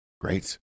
Great